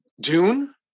Dune